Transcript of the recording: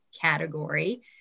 category